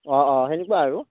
অঁ অঁ তেনেকুৱা আৰু